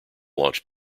launch